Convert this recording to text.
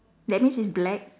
that means it's black